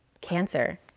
cancer